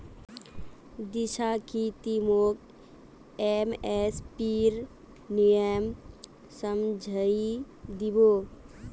दीक्षा की ती मोक एम.एस.पीर नियम समझइ दी बो